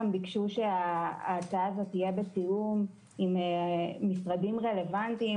ביקשו שההצעה הזאת תהיה בתיאום עם משרדים רלוונטיים,